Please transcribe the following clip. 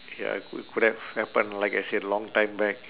ya co~ could have happen like I said long time back